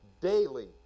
daily